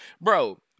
bro